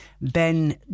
Ben